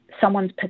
someone's